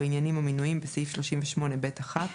בעניינים המנויים בסעיף 38(ב1).";